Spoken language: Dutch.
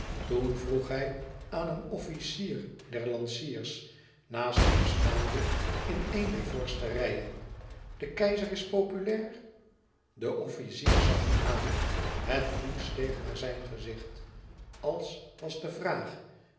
toen vroeg hij aan een officier der lanciers naast hem staande in een der voorste rijen de keizer is populair de officier zag hem aan het bloed steeg naar zijn gezicht als was de vraag